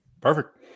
Perfect